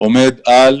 עומד על